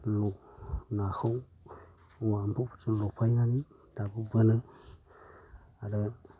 नाखौ औवा एम्फौफोरजों लफायनानै दाबो बोनो आरो